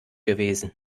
gewesen